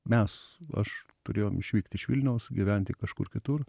mes aš turėjom išvykt iš vilniaus gyventi kažkur kitur